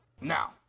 Now